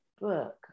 book